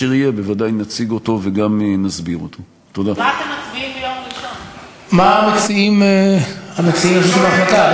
ובוודאי את מי שמייצגים את המורשת המפוארת של עדות המזרח על